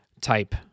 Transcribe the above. type